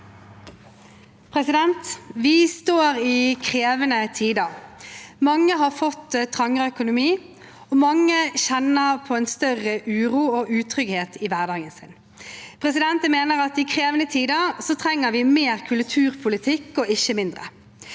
Vi står i krevende tider. Mange har fått trangere økonomi, og mange kjenner på en større uro og utrygghet i hverdagen sin. Jeg mener at i krevende tider trenger vi mer kulturpolitikk – ikke mindre.